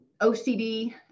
OCD